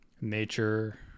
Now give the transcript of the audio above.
nature